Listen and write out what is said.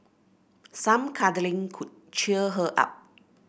some cuddling could cheer her up